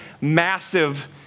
massive